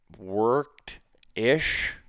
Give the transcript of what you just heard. worked-ish